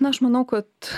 na aš manau kad